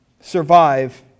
survive